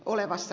olevasi